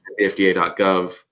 fda.gov